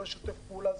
לא לשתף פעולה,